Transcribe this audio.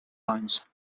lines